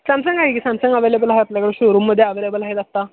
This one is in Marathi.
सॅमसंग आहे की सॅमसंग अवेलेबल आहे आपल्याकडे शोरूममध्ये अव्हेलेबल आहेत आत्ता